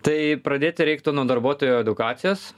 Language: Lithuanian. tai pradėti reiktų nuo darbuotojų edukacijos